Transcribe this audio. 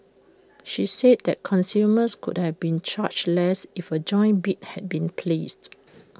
she said that consumers could have been charged less if A joint bid had been placed